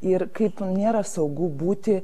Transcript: ir kaip nėra saugu būti